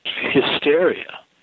hysteria